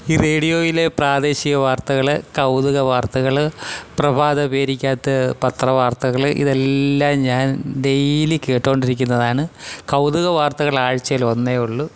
ഈ റേഡിയോയിലെ പ്രാദേശിക വാർത്തകൾ കൗതുക വാർത്തകൾ പ്രഭാത പത്ര വാർത്തകൾ ഇതെല്ലാം ഞാൻ ഡെയ്ലി കേട്ടുകൊണ്ടിരിക്കുന്നതാണ് കൗതുക വാർത്തകൾ ആഴ്ച്ചയിൽ ഒന്നേ ഉള്ളു